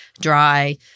dry